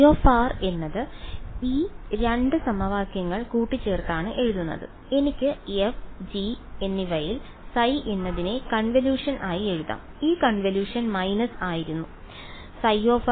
ϕ എന്നത് ഈ 2 സമവാക്യങ്ങൾ കൂട്ടിച്ചേർത്താണ് എഴുതിയത് എനിക്ക് f g എന്നിവയിൽ ϕ എന്നതിനെ കൺവല്യൂഷൻ ആയി എഴുതാം ആ കൺവല്യൂഷൻ മൈനസ് ആയിരുന്നു